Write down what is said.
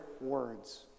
words